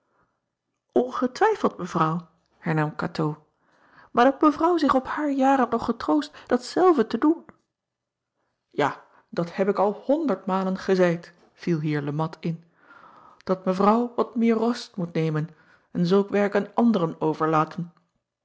ngetwijfeld evrouw hernam atoo maar dat evrouw zich op haar jaren nog getroost dat zelve te doen acob van ennep laasje evenster delen a dat heb ik al honderd malen gezeid viel hier e at in dat evrouw wat meer rust moest nemen en zulk werk aan anderen overlaten